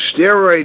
steroid